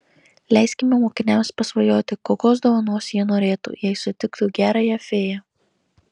leiskime mokiniams pasvajoti kokios dovanos jie norėtų jei sutiktų gerąją fėją